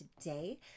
today